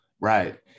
right